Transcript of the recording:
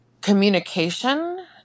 communication